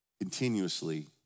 continuously